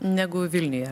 negu vilniuje